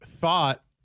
thought